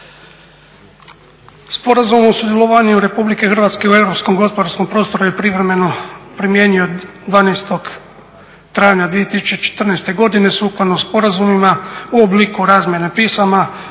Sporazum o sudjelovanju Republike Hrvatske u europskom gospodarskom prostoru je privremeno primijenjen od 12. travnja 2014. godine sukladno sporazumima u obliku razmjene pisama